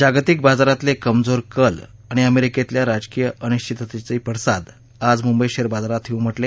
जागतिक बाजारातले कमजोर कल आणि अमेरिकेतल्या राजकीय अनिश्विततेचे पडसाद आज मुंबई शेअर बाजारातही उमटले